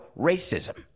racism